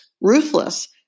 ruthless